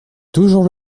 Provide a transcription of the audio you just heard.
toujours